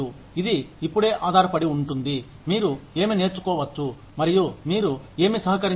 ఇది ఇప్పుడే ఆధారపడి ఉంటుంది మీరు ఏమి నేర్చుకోవచ్చు మరియు మీరు ఏమి సహకరించగలరు